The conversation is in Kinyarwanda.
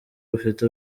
bufite